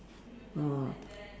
oh